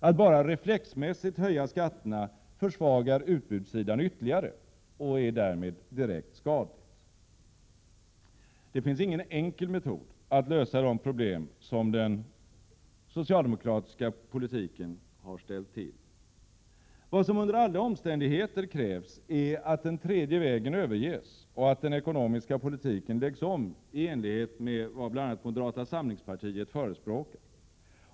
Att bara reflexmässigt höja skatterna försvagar utbudssidan ytterligare och är därmed direkt skadligt. Det finns ingen enkel metod för att lösa de problem som den socialdemokratiska politiken har ställt till med. Vad som under alla omständigheter krävs är att den tredje vägen överges och att den ekonomiska politiken läggs om i enlighet med vad bl.a. moderata samlingspartiet förespråkar.